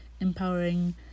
empowering